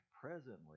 presently